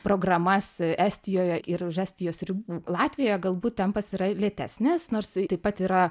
programas estijoje ir už estijos ribų latvijoje galbūt tempas yra lėtesnes nors taip pat yra